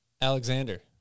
Alexander